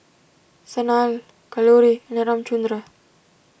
Sanal Kalluri and Ramchundra